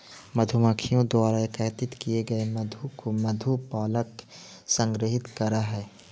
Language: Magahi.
मधुमक्खियों द्वारा एकत्रित किए गए मधु को मधु पालक संग्रहित करअ हई